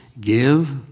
Give